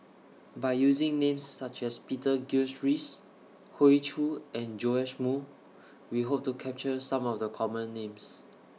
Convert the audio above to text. By using Names such as Peter Gilchrist Hoey Choo and Joash Moo We Hope to capture Some of The Common Names